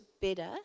better